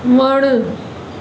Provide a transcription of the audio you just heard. वणु